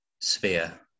sphere